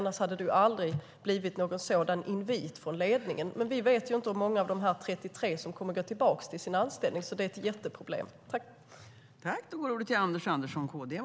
Annars hade det aldrig blivit någon sådan invit från ledningen. Men vi vet inte hur många av de 33 som kommer att gå tillbaka till sin anställning, så det här är ett jätteproblem.